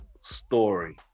story